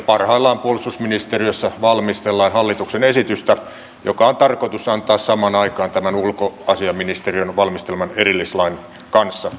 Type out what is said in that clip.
parhaillaan puolustusministeriössä valmistellaan hallituksen esitystä joka on tarkoitus antaa samaan aikaan tämän ulkoasiainministeriön valmisteleman erillislain kanssa